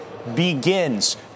begins